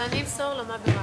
אני אמסור לו מה בירכת.